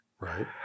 Right